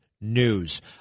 news